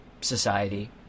society